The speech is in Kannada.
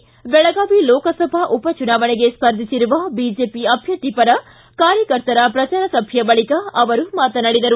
ದೆಳಗಾವಿ ಲೋಕಸಭಾ ಉಪಚುನಾವಣೆಗೆ ಸ್ಪರ್ಧಿಸಿರುವ ಬಿಜೆಪಿ ಅಭ್ಯರ್ಥಿ ಪರ ಕಾರ್ಯಕರ್ತರ ಪ್ರಚಾರ ಸಭೆಯ ಬಳಿಕ ಅವರು ಮಾತನಾಡಿದರು